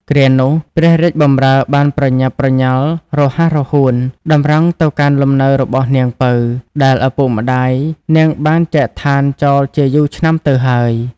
គ្រានោះ ព្រះរាជបម្រើបានប្រញាប់ប្រញាល់រហ័សរហួន តម្រង់ទៅកាន់លំនៅរបស់នាង ពៅ ដែលឪពុកម្ដាយនាងបានចែកឋានចោលជាយូរឆ្នាំទៅហើយ ។